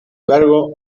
cargo